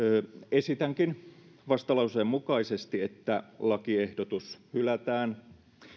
esitänkin vastalauseen mukaisesti että lakiehdotus hylätään